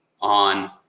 on